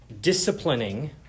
disciplining